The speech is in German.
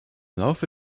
laufe